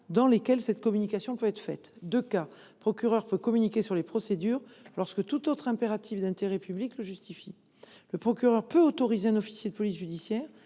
dans lesquels cette communication peut être réalisée : le procureur peut communiquer sur les procédures lorsque tout autre impératif d’intérêt public le justifie et autoriser un officier de police judiciaire